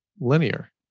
linear